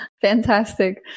Fantastic